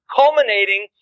culminating